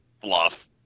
fluff